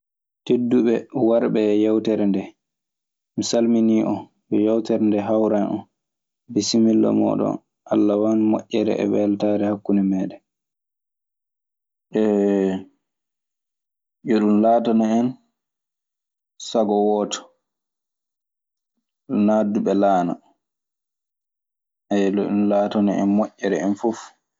"Tedduɓe warɓe e yawtere ndee. Mi salminii on. Yo yawtere ndee hawran on. Bissimilla mooɗon. Alla waɗ moƴƴere e weltaare hakkunde meeɗen. Yo ɗun laatano en sago wooto, naadduɓe laana. Ayyo, yo ɗun laatano en moƴƴere en fuf."